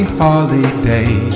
holiday